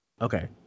Okay